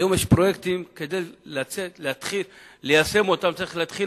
יש היום פרויקטים שכדי ליישם אותם צריך להתחיל